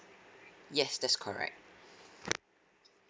yes that's correct